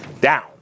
down